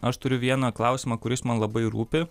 aš turiu vieną klausimą kuris man labai rūpi